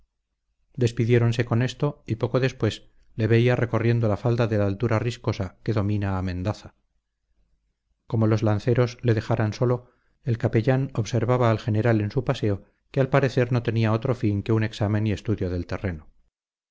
despidiéronse con esto y poco después le veía recorriendo la falda de la altura riscosa que domina a mendaza como los lanceros le dejaran solo el capellán observar al general en su paseo que al parecer no tenía otro fin que un examen y estudio del terreno